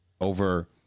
over –